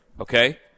Okay